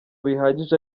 bihagije